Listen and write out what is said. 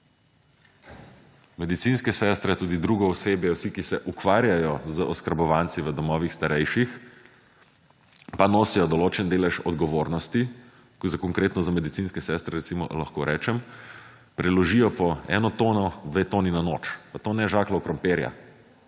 Medicinske sestre, tudi drugi osebje, vsi, ki se ukvarjajo z oskrbovanci v domovih starejših, pa nosijo določen delež odgovornosti, konkretno, za medicinske sestre, recimo, lahko rečem, preložijo po 1 tono, 2 toni na noč, pa to ne žakljev krompirja,